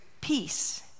peace